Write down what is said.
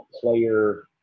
player